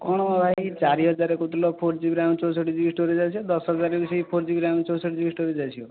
କ'ଣ ଭାଇ ଚାରିହଜାର କହୁଥିଲ ଫୋର ଜି ବି ରାମ ଚଉଷଠି ଜି ବି ଷ୍ଟୋରେଜ ଆସିବ ଦଶହଜାର ରେ ବି ସେଇ ଫୋର ଜି ବି ରାମ ଚଉଷଠି ଜି ବି ଷ୍ଟୋରେଜ ଆସିବ